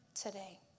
today